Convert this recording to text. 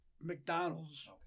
McDonald's